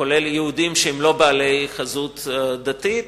כולל יהודים שהם לא בעלי חזות דתית,